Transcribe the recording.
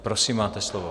Prosím, máte slovo.